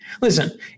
Listen